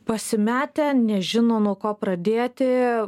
pasimetę nežino nuo ko pradėti